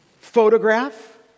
photograph